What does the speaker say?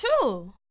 True